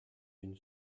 une